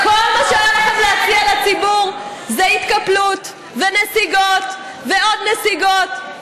כל מה שהיה לכם להציע לציבור זה התקפלות ונסיגות ועוד נסיגות,